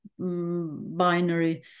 binary